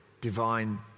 divine